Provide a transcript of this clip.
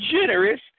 generous